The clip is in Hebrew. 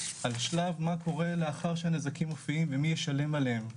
על שלב מה קורה לאחר שהנזקים מופיעים ומי יישלם עליהם.